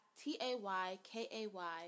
T-A-Y-K-A-Y